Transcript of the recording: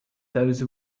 those